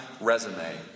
resume